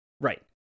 right